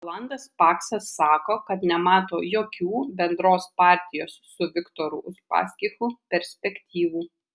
rolandas paksas sako kad nemato jokių bendros partijos su viktoru uspaskichu perspektyvų